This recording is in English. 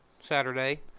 saturday